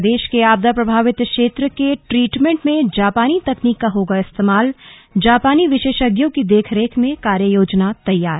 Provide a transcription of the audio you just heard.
प्रदेश के आपदा प्रभावित क्षेत्र के ट्रीटमेंट में जापानी तकनीक का होगा इस्तेमालजापानी विशेषज्ञों की देखरेख में कार्य योजना तैयार